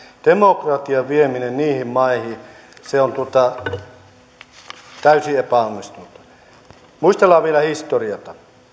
demokratian vieminen niihin maihin on täysin epäonnistunutta muistellaan vielä historiaa